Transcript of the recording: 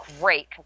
great